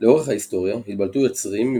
לאורך ההיסטוריה התבלטו יוצרים עם